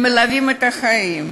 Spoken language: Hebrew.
הם מלווים את החיים,